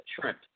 shrimp